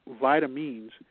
vitamins